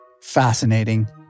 Fascinating